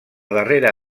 darrera